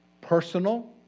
personal